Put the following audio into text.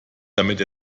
damit